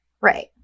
Right